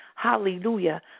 Hallelujah